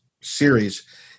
series